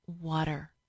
water